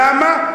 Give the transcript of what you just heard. למה?